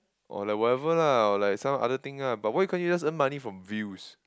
or like whatever lah or like some other thing ah but why you can't just earn money from views